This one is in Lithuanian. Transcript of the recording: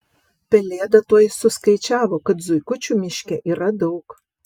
pelėda tuoj suskaičiavo kad zuikučių miške yra daug